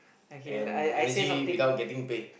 and energy without getting pay